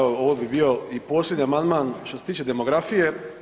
Evo, ovo bi bio i posljednji amandman što se tiče demografije.